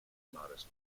modest